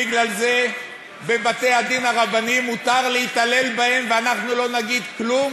בגלל זה בבתי-הדין הרבניים מותר להתעלל בהן ואנחנו לא נגיד כלום,